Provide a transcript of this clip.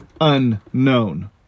unknown